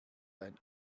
ein